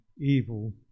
evil